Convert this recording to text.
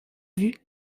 vue